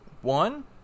One